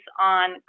on